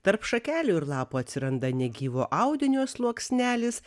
tarp šakelių ir lapų atsiranda negyvo audinio sluoksnelis